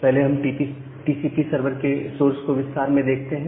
पहले हम TCP server के सोर्स को विस्तार में देखते हैं